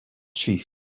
chief